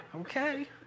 Okay